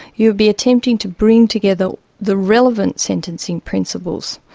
you would be attempting to bring together the relevant sentencing principles.